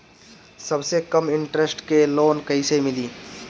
सबसे कम इन्टरेस्ट के लोन कइसे मिली?